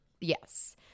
yes